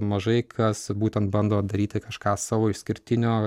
mažai kas būtent bando daryti kažką savo išskirtinio